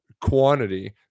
quantity